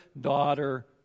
daughter